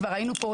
כבר היינו פה,